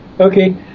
Okay